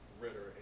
Ritter